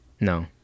No